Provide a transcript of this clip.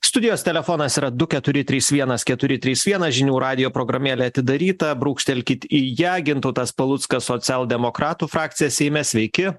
studijos telefonas yra du keturi trys vienas keturi trys vienas žinių radijo programėlė atidaryta brūkštelkit į ją gintautas paluckas socialdemokratų frakcija seime sveiki